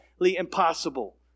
impossible